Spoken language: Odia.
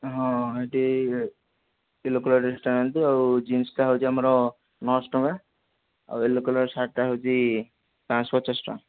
ହଁ ହେଟି ସେ ୟେଲୋ କଲର୍ ଡ୍ରେସ୍ଟା ଆଣନ୍ତୁ ଆଉ ଜିନ୍ସଟା ହେଉଛି ଆମର ନଅଶହ ଟଙ୍କା ଆଉ ୟେଲୋ କଲର୍ ସାର୍ଟଟା ହେଉଛି ପାଞ୍ଚଶହ ପଚାଶ ଟଙ୍କା